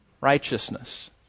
righteousness